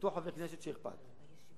לאותו חבר כנסת שאכפת לו,